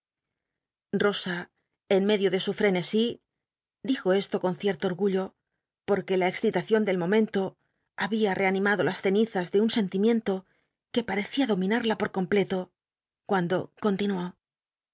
en medio de fenesi dijo esto con cic'lo mgullo poquc la excilacion del momenlo había reanimado las cenizas de un sentimiento que pa rocía dominal'la por co mpleto cuando continuó